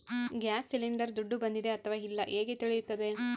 Gas cylinder ದುಡ್ಡು ಬಂದಿದೆ ಅಥವಾ ಇಲ್ಲ ಹೇಗೆ ತಿಳಿಯುತ್ತದೆ?